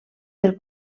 del